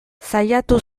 saiatu